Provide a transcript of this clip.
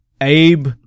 Abe